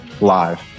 live